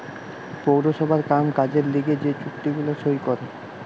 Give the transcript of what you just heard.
পৌরসভার কাম কাজের লিগে যে চুক্তি গুলা সই করে